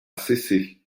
cesset